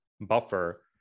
buffer